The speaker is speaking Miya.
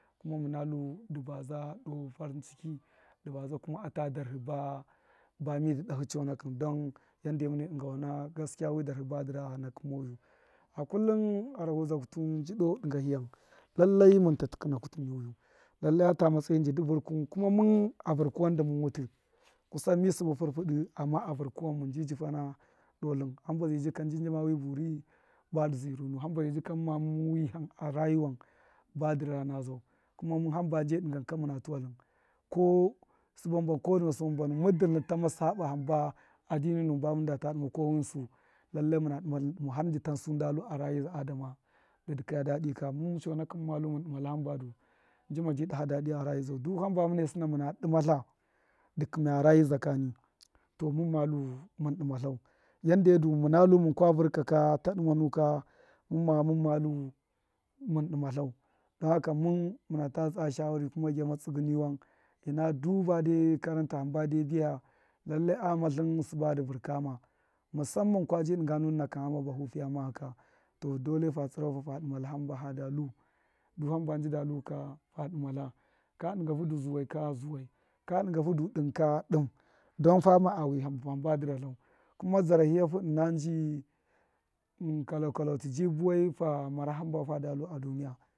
Kume muna lu dṫ baza doo farinchiki dṫ baza kume ata darhṫ ba mi dṫ dahṫ chonakṫn dan yanda e mine dṫnga wana gaskṫya wi darhṫ ba dṫ ra nakṫkṫn moyu a kullum garaho zdaku tuwun nji doo dṫnga hiyan lallai munta tṫkṫna kutu ni wiya lallai ata matsayi nji dṫ vṫrkuwun kume mun a vṫrku wan dṫ mun wutṫ kasan mi sṫbṫ funfudu amma a vṫrkuwan mun ji yifana wutṫ doo tlṫn hamba zai jika njṫ njṫma wi buri badi zirunu hama zai jika mumma wihan a rayiwan badi zira nazau kuma mun hamba nje dṫnga ka to muna tuwa tlṫn ko sṫba mbam ko sṫba kwa mbam muddin tlṫn tame saba hamba addini nuwun ko ghinsu lallai muna dṫma tlṫn dṫmau har nji tan su nda lu a rayiza adama dṫ dṫkaya dadi ka mun chonakṫn muma lu mun dṫma tla hamba du nji ma bi daha pṫyata chan zau do hamba mune sina muna dṫmatla dṫ kimaye rayi za kani mumma lu mun dṫma tlau yande du muna lu munka vṫrka ka ta dṫmanu ka muma mumma dṫma tlau, don haka mun muna tu tsa shawari kuma gyama tsṫgṫ niwan ṫna du bade kamer ta hamba de biya lallai a game tlṫn sṫba dṫ vṫrkama musamman kwa bṫ dṫnga nu nuna kṫn hama baho fiya mahi ka, to dole fa tsṫ rafu fa dṫmatla himba nji da lu ka fa dṫma tla ka dṫngahu fu du zuwai ka dṫnga fu du dṫnka dṫn don fama a wihan badṫ ratlau, kuna zdarahiya hu ṫna nji wachi ji buwai fa mara himba fada lu a duniya.